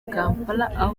kampala